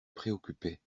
préoccupait